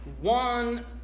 One